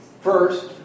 first